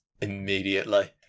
immediately